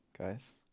guys